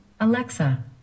Alexa